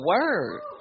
word